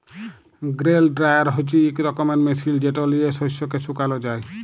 grain dryer হছে ইক রকমের মেশিল যেট লিঁয়ে শস্যকে শুকাল যায়